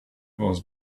was